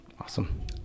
Awesome